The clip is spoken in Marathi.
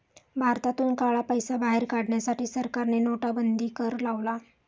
भारतातून काळा पैसा बाहेर काढण्यासाठी सरकारने नोटाबंदी कर लावला